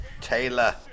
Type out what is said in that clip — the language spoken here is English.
Taylor